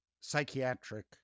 psychiatric